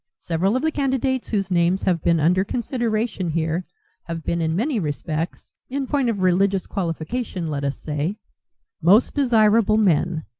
several of the candidates whose names have been under consideration here have been in many respects in point of religious qualification, let us say most desirable men.